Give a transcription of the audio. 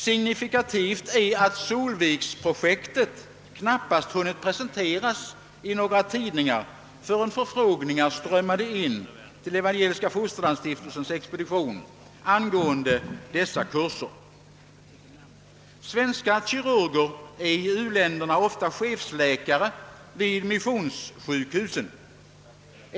Signifikativt är att Solviks-projektet knappast hunnit presenteras i tidningarna förrän förfrågningar började strömma in till Evangeliska fosterlandsstiftelsens expedition angående dessa kurser. Svenska kirurger är i u-länderna ofta chefsläkare vid missionssjukhusen.